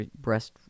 breast